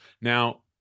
Now